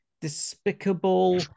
despicable